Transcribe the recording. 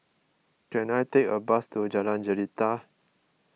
can I take a bus to Jalan Jelita